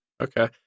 Okay